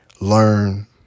learn